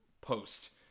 post